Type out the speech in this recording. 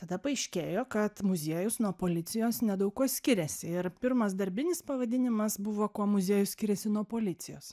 tada paaiškėjo kad muziejus nuo policijos nedaug kuo skiriasi ir pirmas darbinis pavadinimas buvo kuo muziejus skiriasi nuo policijos